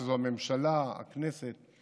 שזה הממשלה, הכנסת,